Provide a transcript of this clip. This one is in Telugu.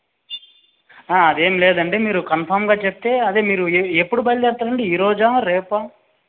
అదేం లేదండి మీరు కన్ఫామ్గా చెప్తే అదే మీరు ఎప్పడు బయలుదేరుతారు అండి ఈరోజా రేపా